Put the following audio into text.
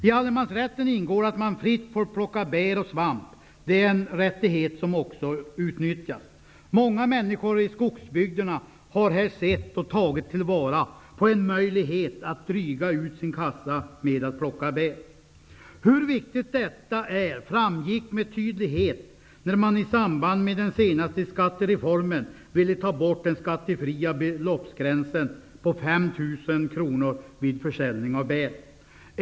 I allemansrätten ingår att man fritt får plocka bär och svamp. Det är en rättighet som också utnyttjas. Många människor i skogsbygderna har här sett och tagit till vara en möjlighet att dryga ut sin kassa med att plocka bär. Hur viktigt detta är framgick med tydlighet när man i samband med den senaste skattereformen ville ta bort den skattefria beloppsgränsen på 5 000 kronor vid försäljning av bär.